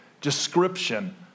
description